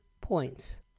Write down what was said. points